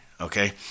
okay